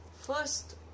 First